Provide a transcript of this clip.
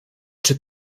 czy